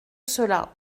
cela